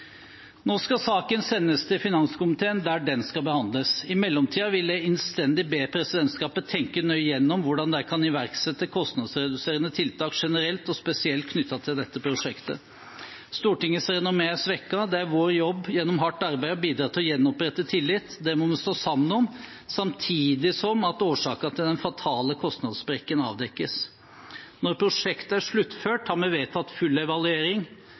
Nå skal saken sendes til finanskomiteen, der den skal behandles. I mellomtiden vil jeg innstendig be presidentskapet tenke nøye igjennom hvordan de kan iverksette kostnadsreduserende tiltak generelt og spesielt knyttet til dette prosjektet. Stortingets renommé er svekket, og det er vår jobb, gjennom hardt arbeid, å bidra til å gjenopprette tilliten. Det må vi stå sammen om, samtidig som årsaken til den fatale kostnadssprekken avdekkes. Når prosjektet er sluttført, har vi vedtatt full evaluering.